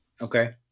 Okay